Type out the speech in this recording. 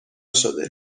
شده